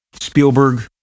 Spielberg